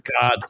God